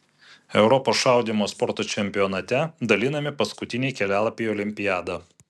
europos šaudymo sporto čempionate dalinami paskutiniai kelialapiai į olimpiadą